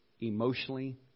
emotionally